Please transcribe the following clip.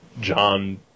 John